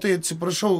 tai atsiprašau